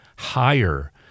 higher